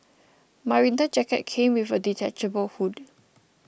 my winter jacket came with a detachable hood